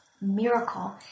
miracle